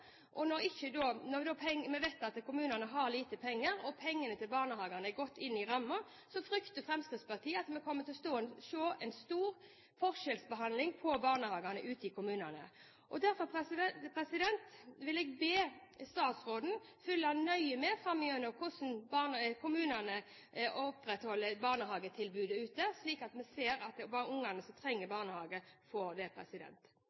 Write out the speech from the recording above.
Og når vi vet at kommunene har lite penger, og pengene til barnehagene er gått inn i rammen, så frykter Fremskrittspartiet at vi kommer til å se stor forskjellsbehandling av barnehagene ute i kommunene. Derfor vil jeg be statsråden framover følge nøye med på hvordan kommunene opprettholder barnehagetilbudet, slik at vi ser at de barna som trenger barnehage, får det.